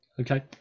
Okay